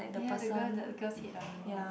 oh ya the girl the girl's head or something right